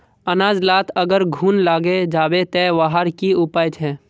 अनाज लात अगर घुन लागे जाबे ते वहार की उपाय छे?